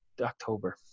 October